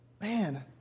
man